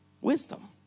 Wisdom